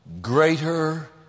greater